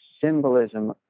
symbolism